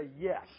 yes